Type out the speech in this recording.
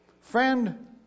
Friend